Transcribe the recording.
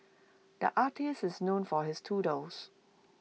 the artist is known for his doodles